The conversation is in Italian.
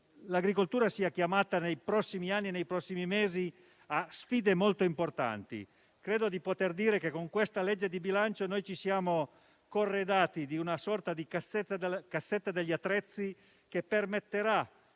l'agricoltura sia chiamata nei prossimi anni e nei prossimi mesi a sfide molto importanti. Penso di poter dire che con questa legge di bilancio ci siamo corredati di una sorta di cassetta degli attrezzi che permetterà